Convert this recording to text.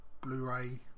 Blu-ray